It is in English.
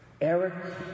Eric